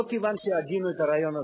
לא כיוון שהגינו את הרעיון הזה,